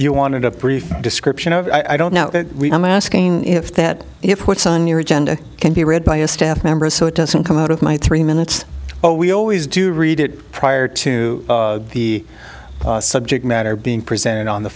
you wanted a brief description of i don't know i'm asking if that if what's on your agenda can be read by a staff member so it doesn't come out of my three minutes oh we always do read it prior to the subject matter being presented on the